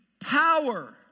power